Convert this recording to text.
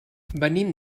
venim